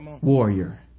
warrior